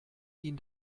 ihn